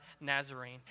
Nazarene